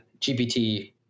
GPT